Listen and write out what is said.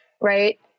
Right